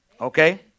Okay